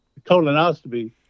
colonoscopy